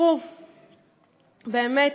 באמת,